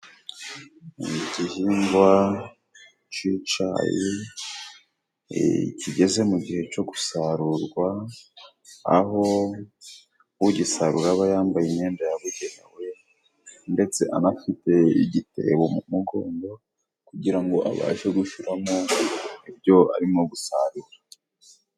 Igihingwa cicayi kigeze mu gihe cyo gusarurwa aho ugisarura aba yambaye imyenda yabugenewe ndetse anafite igitebo mu mugongo kugira ngo abashe gushiramo ibyo arimo gusarura.